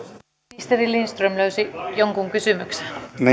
ministeri lindström löysi jonkun kysymyksen